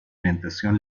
orientación